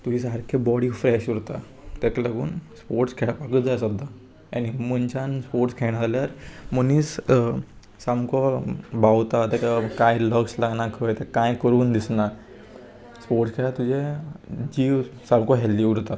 तुजे सारके body fresh उरता तेका लागून स्पोर्ट्स खेळपाकूच जाय सद्दां आनी मनशान स्पोर्ट्स खेळना जाल्यार मनीस सामको भावता तेका कांय लक्ष लागना खंय तेका कांय करून दिसना स्पोर्ट्स खेळा तुजें जीव सामको हेल्दी उरता